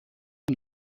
تیم